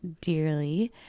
dearly